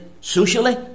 socially